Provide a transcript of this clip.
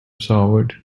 soured